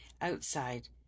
outside